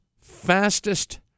fastest